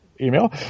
email